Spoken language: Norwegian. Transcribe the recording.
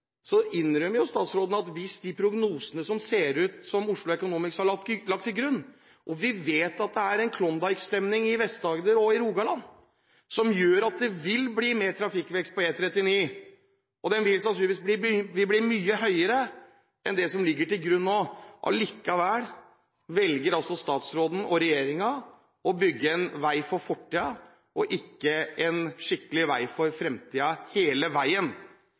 hvis prognosene for E39 ser ut som Oslo Economics har lagt til grunn, og vi vet at det er en Klondike-stemning i Vest-Agder og i Rogaland, vil det bli mer trafikkvekst på E39, og den vil sannsynligvis bli mye høyere enn det som ligger til grunn nå. Likevel velger altså statsråden og regjeringen å bygge en vei for fortiden og ikke en skikkelig vei for